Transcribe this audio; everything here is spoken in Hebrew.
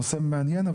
נושא מעניין,